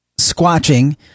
squatching